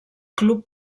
club